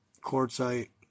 Quartzite